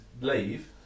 leave